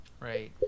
Right